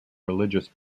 religious